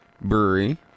Brewery